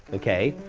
okay?